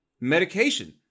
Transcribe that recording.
medication